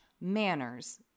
manners